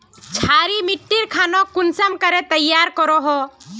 क्षारी मिट्टी खानोक कुंसम तैयार करोहो?